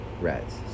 rats